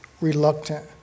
reluctant